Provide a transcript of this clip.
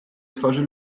twarzy